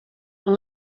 man